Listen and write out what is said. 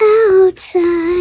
outside